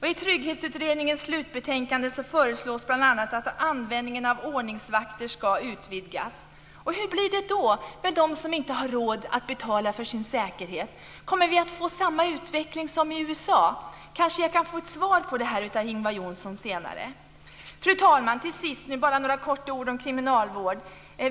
I Tyrgghetsutredningens slutbetänkande föreslås bland annat att användningen av ordningsvakter ska utvidgas." Hur blir det då med de som inte har råd att betala för sin säkerhet? Kommer vi att få samma utveckling som i USA? Jag kanske kan få ett svar på dessa frågor av Ingvar Johnsson senare. Fru talman! Till sist vill jag bara med några få ord beröra kriminalvården.